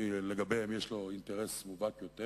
כי לגביהן יש לו אינטרס מובהק יותר.